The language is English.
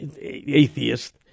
atheist